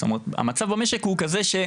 זאת אומרת המצב במשק הוא כזה,